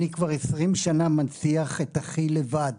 אבל אני כבר 20 שנה מנציח את אחי לבד,